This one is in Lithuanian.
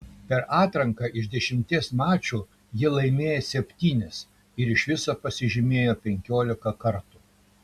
per atranką iš dešimties mačų jie laimėjo septynis ir iš viso pasižymėjo penkiolika kartų